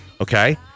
Okay